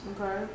Okay